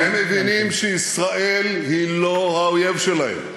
הם מבינים שישראל היא לא האויב שלהם.